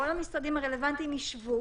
כל המשרדים הרלוונטיים, ישבו